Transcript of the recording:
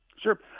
Sure